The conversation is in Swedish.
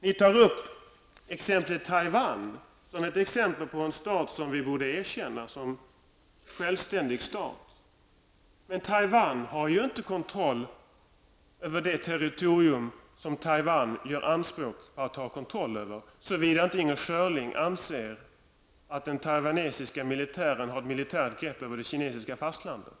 Ni tar Taiwan som ett exempel på en stat som Sverige borde erkänna som en självständig stat. Men Taiwan har ju inte kontroll över det territorium som Taiwan gör anspråk att ha kontroll över, såvida inte Inger Schörling anser att den taiwanesiska militären har ett militärt grepp över det kinesiska fastlandet.